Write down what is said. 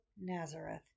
Nazareth